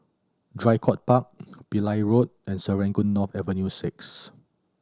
Draycott Park Pillai Road and Serangoon North Avenue Six